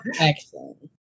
excellent